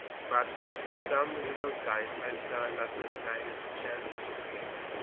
but for some little time i saw not the slightest chance of escape.